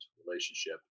relationship